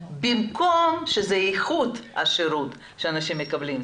במקום שזה יהיה איכות השירות שאנשים מקבלים.